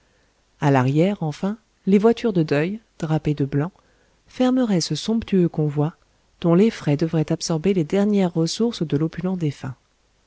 a l'arrière enfin les voitures de deuil drapées de blanc fermeraient ce somptueux convoi dont les frais devraient absorber les dernières ressources de l'opulent défunt